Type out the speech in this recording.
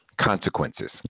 consequences